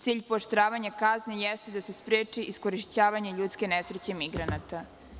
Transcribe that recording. Cilj pooštravanja kazne jeste da se spreči iskorišćavanje ljudske nesreće migranata.